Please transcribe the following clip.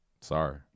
sorry